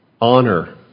honor